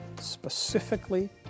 specifically